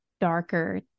darker